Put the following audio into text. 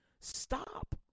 Stop